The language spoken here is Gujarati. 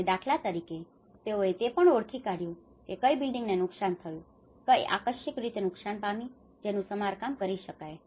અને દાખલા તરીકે તેઓએ તે પણ ઓળખી કાઢયું કે કઈ બિલ્ડિંગને નુકસાન થયું છે કઈ આંશિક રીતે નુકસાન પામી છે કે જેનું સમારકામ કરી શકાય છે